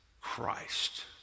Christ